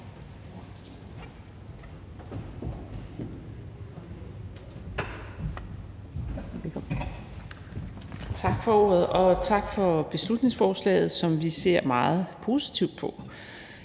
Tak for ordet, og tak for beslutningsforslaget, som vi ser meget positivt på.